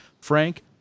Frank